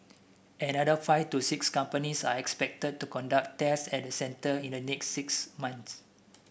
another five to six companies are expected to conduct tests at the centre in the next six months